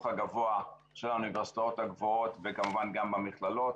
הגבוה של האוניברסיטאות הגבוהות וכמובן גם במכללות.